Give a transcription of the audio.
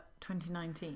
2019